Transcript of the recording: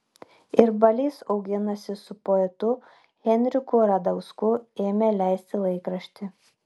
ir balys auginasi su poetu henriku radausku ėmė leisti laikraštį